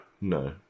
no